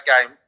game